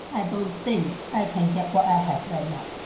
i don't think i can get what i have right now.